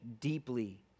deeply